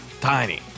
Tiny